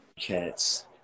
cats